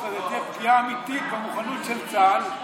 הזה תהיה פגיעה אמיתית במוכנות של צה"ל,